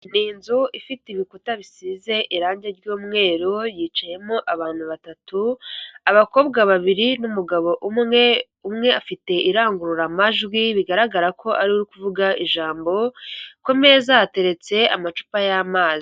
Ni inzu ifite ibikuta bisize irangi ry'umweru yicayemo abantu batatu, abakobwa babiri n'umugabo umwe, umwe afite irangururamajwi bigaragara ko ariwe uri kuvuga ijambo, ku meza hateretse amacupa y'amazi.